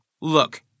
Look